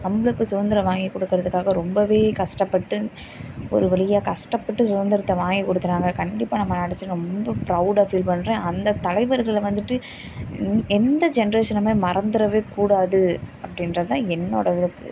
நம்மளுக்கு சுதந்திரம் வாங்கி கொடுக்குறதுக்காக ரொம்ப கஷ்டப்பட்டு ஒரு வழியா கஷ்டப்பட்டு சுதந்திரத்தை வாங்கி கொடுத்துட்டாங்க கண்டிப்பாக நம்ம நெனைச்சி ரொம்ப ப்ரவுடாக ஃபீல் பண்ணுறேன் அந்த தலைவர்களை வந்துட்டு எந்த ஜென்ரேஷனும் மறந்துடவே கூடாது அப்படின்றதுதான் என்னோட